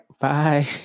bye